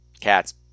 Cats